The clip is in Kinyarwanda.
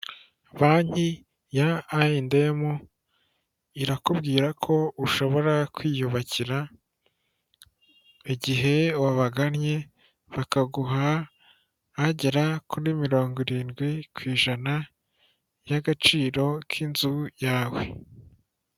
Banki ya ayendemu irakubwira ko ushobora kwiyubakira igihe wabagannye bakaguha agera kuri mirongo irindwi ku ijana y'agaciro k'inzu yawe.